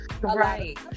Right